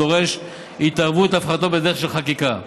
הדורש התערבות להפחתתו בדרך של חקיקה.